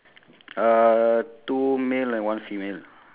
okay then move to the right ah there's a chick~ there's two chicken right